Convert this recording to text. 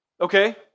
Okay